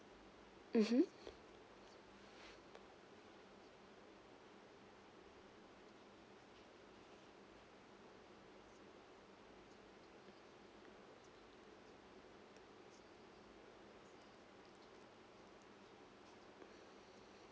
mmhmm